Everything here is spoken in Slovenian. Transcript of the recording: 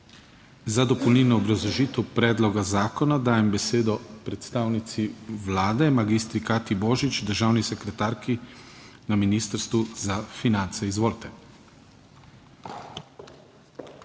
Za dopolnilno obrazložitev predloga zakona dajem besedo predstavnici Vlade, magistri Katji Božič, državni sekretarki na Ministrstvu za finance. Izvolite.